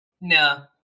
No